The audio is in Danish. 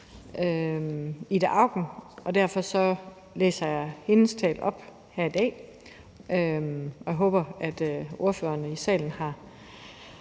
Ida Auken, og derfor læser jeg hendes tale op her i dag. Jeg håber, at ordførerne her i salen har